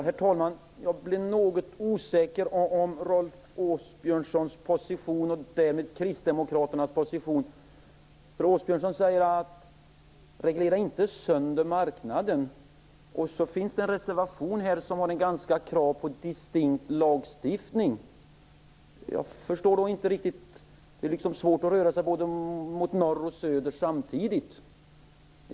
Herr talman! Jag blir något osäker på Rolf Åbjörnssons och därmed Kristdemokraternas position. Han sade att vi inte skall reglera sönder marknaden, men i reservationen finns krav på distinkt lagstiftning. Det är svårt att röra sig mot norr och söder samtidigt.